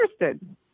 interested